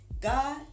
God